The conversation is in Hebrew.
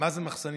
זה מחסנים?